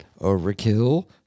overkill